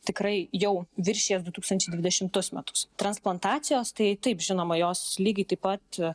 tikrai jau viršijęs du tūkstančiai dvidešimtus metus transplantacijos tai taip žinoma jos lygiai taip pat